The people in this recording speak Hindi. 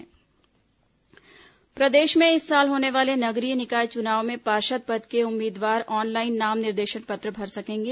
निकाय चुनाव प्रदेश में इस साल होने वाले नगरीय निकाय चुनाव में पार्षद पद के उम्मीदवार ऑनलाइन नाम निर्देशन पत्र भर सकेंगे